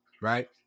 Right